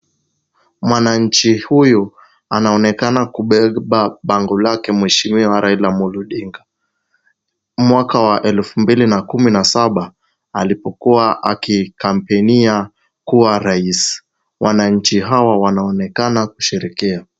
Mwananchi huyu anaonekana kubeba bango lake mheshimiwa Raila Amollo Odinga mwaka wa elfu mbili na kumi na saba alipokuwa akikampenia kuwa rais. Wananchi hawa wanaonekana kusheherekea.